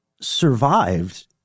survived